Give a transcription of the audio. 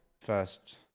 first